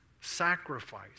sacrifice